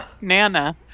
Nana